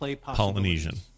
Polynesian